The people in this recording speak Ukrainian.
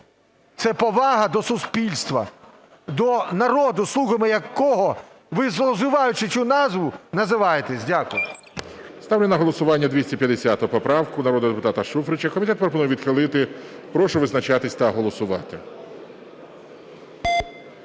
Це повага до суспільства. До народу, слугами якого, ви, зловживаючи цією назвою, називаєтесь. Дякую. ГОЛОВУЮЧИЙ. Ставлю на голосування 250 поправку народного депутата Шуфрича. Комітет пропонує відхилити. Прошу визначатись та голосувати.